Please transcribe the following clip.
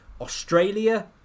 Australia